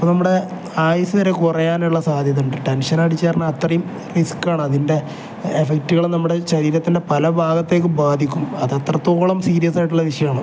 അപ്പം നമ്മുടെ ആയുസ്സ് വരെ കുറയാനുള്ള സാധ്യതയുണ്ട് ടെൻഷന അടിച്ച് പറഞ്ഞാൽ അത്രയും റിസ്ക്കാണ് അതിൻ്റെ എഫക്റ്റുകൾ നമ്മുടെ ശരീരത്തിൻ്റെ പല ഭാഗത്തേക്കും ബാധിക്കും അത് അത്രത്തോളം സീരിയസായിട്ടുള്ള വിഷയമാണ്